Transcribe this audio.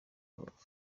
rubavu